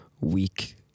week